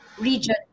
region